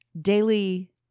daily